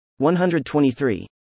123